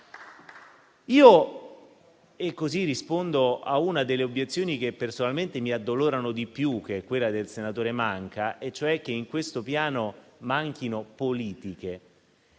Per rispondere poi a una delle obiezioni che personalmente mi addolorano di più, che è quella del senatore Manca, e cioè che in questo Piano manchino politiche,